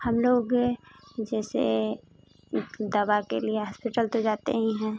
हम लोग जैसे दवा के लिए हास्पिटल तो जाते ही हैं